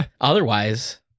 Otherwise